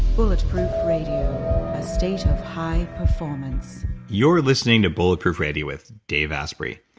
bullet proof radio, a state of high performance you're listening to bullet proof radio with dave asprey.